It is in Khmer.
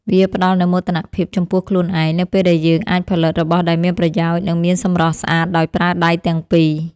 វាផ្ដល់នូវមោទនភាពចំពោះខ្លួនឯងនៅពេលដែលយើងអាចផលិតរបស់ដែលមានប្រយោជន៍ និងមានសម្រស់ស្អាតដោយប្រើដៃទាំងពីរ។